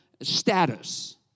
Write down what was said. status